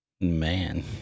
Man